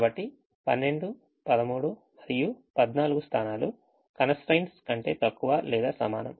కాబట్టి 12 13 మరియు 14 స్థానాలు constraints కంటే తక్కువ లేదా సమానం